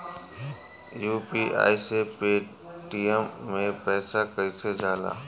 UPI से Paytm मे पैसा कइसे जाला?